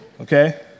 okay